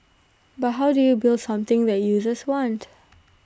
but how do you build something that users want